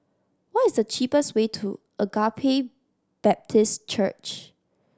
what is the cheapest way to Agape Baptist Church